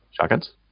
Shotguns